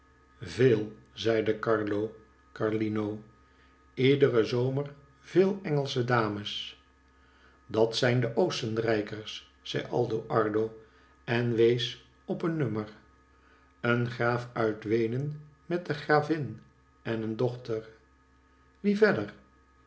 veel zeide carlo carlino iederen zomer veel engelsche da dat zijn de oostenrijkers zei aldo ardo en wees op een nummer een graaf uit weenen met de gravin en een dochter wie verder